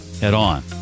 Head-On